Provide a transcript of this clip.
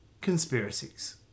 conspiracies